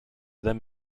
them